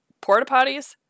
Porta-Potties